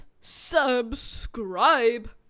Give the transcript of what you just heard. subscribe